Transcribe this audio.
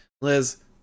Liz